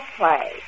play